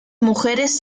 mujeres